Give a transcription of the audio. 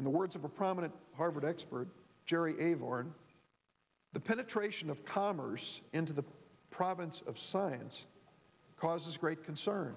in the words of a prominent harvard expert jerry eva orner the penetration of commerce into the province of science causes great concern